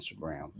Instagram